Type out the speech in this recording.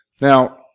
Now